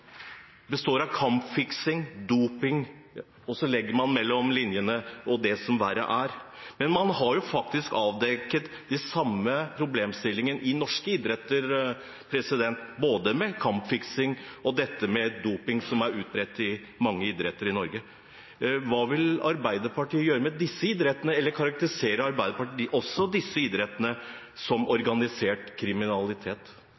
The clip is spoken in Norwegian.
består av kampfiksing og doping, og så legger man til mellom linjene «og det som verre er». Men man har faktisk avdekket de samme problemstillingene i norske idretter, både kampfiksing og doping, som er utbredt i mange idretter i Norge. Hva vil Arbeiderpartiet gjøre med disse idrettene? Eller karakteriserer Arbeiderpartiet også disse idrettene som